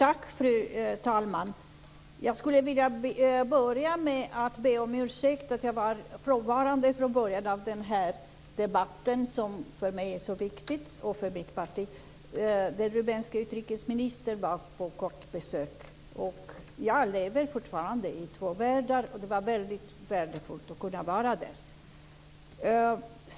Fru talman! Jag skulle vilja börja med att be om ursäkt för att jag var frånvarande från början av den här debatten, som för mig och för mitt parti är så viktig. Den rumänske utrikesministern var på kort besök. Jag lever fortfarande i två världar, och det var väldigt värdefullt att kunna vara med.